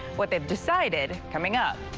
what they've decided coming up.